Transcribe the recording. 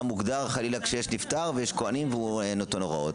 מוגדר חלילה כשיש נפטר ויש כוהנים והוא נותן הוראות.